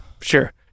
Sure